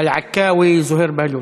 האהובה, ואחריו, זוהיר בהלול